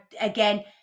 again